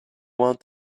want